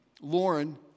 Lauren